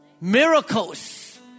miracles